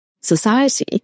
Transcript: society